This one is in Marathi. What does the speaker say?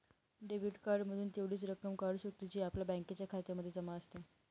डेबिट कार्ड मधून तेवढीच रक्कम काढू शकतो, जी आपल्या बँकेच्या खात्यामध्ये जमा आहे